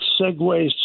segues